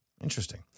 Interesting